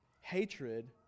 Hatred